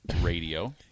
Radio